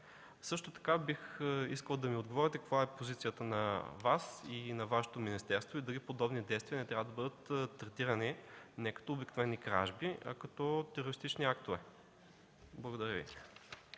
Също така бих искал да отговорите каква е Вашата позиция и позицията на министерството дали подобни действия не трябва да бъдат третирани не като обикновени кражби, а като терористични актове?! Благодаря Ви.